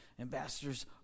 Ambassadors